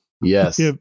Yes